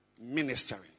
ministering